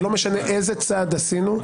ולא משנה איזה צעד עשינו,